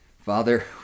Father